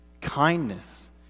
kindness